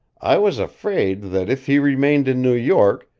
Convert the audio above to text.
i was afraid that, if he remained in new york,